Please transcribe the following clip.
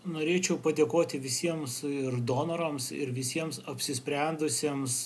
norėčiau padėkoti visiems ir donorams ir visiems apsisprendusiems